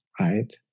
right